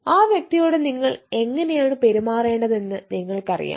ആ വ്യക്തിയോട് നിങ്ങൾ എങ്ങനെയാണ് പെരുമാറേണ്ടത് എന്ന് നിങ്ങൾക്ക് അറിയാം